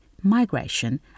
migration